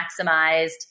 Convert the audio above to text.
maximized